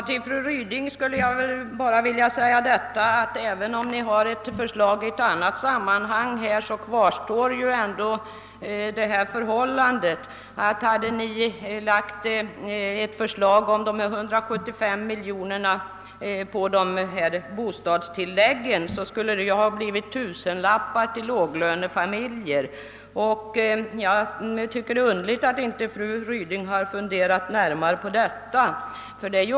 Herr talman! Jag vill till fru Ryding säga att även om ni har lagt fram ett förslag i ett annat sammanhang så kvarstår ändå det faktum att vissa låglönefamiljer skulle ha fått förbättringar med kanske tusen kronor eller mer om ni i stället velat lägga de aktuella 175 miljonerna på bostadstilläggen. Jag tycker det är underligt att fru Ryding inte har funderat närmare på detta.